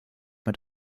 mit